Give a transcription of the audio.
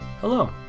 Hello